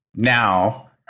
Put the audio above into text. now